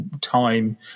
time